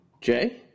Jay